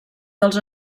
dels